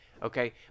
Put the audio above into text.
Okay